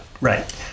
right